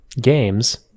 Games